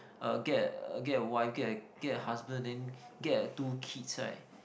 uh get get a wife get get a husband then get two kids [right]